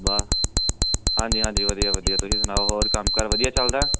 ਵਾਹ ਹਾਂਜੀ ਹਾਂਜੀ ਵਧੀਆ ਵਧੀਆ ਤੁਸੀਂ ਸੁਣਾਓ ਹੋਰ ਕੰਮ ਕਾਰ ਵਧੀਆ ਚੱਲਦਾ